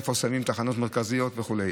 איפה שמים תחנות מרכזיות וכו'.